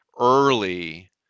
early